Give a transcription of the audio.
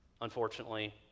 unfortunately